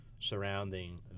surrounding